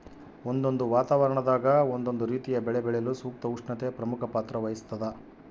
ಒಂದೊಂದು ವಾತಾವರಣದಾಗ ಒಂದೊಂದು ರೀತಿಯ ಬೆಳೆ ಬೆಳೆಯಲು ಸೂಕ್ತ ಉಷ್ಣತೆ ಪ್ರಮುಖ ಪಾತ್ರ ವಹಿಸ್ತಾದ